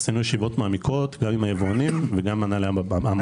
עשינו ישיבות מעמיקות גם עם היבואנים וגם עם מנהלי המעבדות.